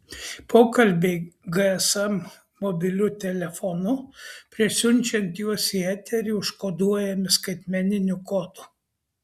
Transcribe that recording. pokalbiai gsm mobiliu telefonu prieš siunčiant juos į eterį užkoduojami skaitmeniniu kodu